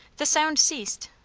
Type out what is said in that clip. the sound ceased,